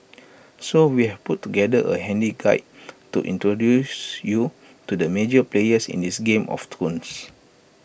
so we've put together A handy guide to introduce you to the major players in this game of thrones